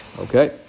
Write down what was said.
okay